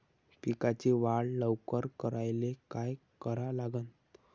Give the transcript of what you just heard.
पिकाची वाढ लवकर करायले काय करा लागन?